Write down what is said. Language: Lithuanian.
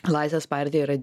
laisvės partija yra